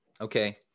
okay